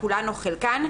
כולן או חלקן,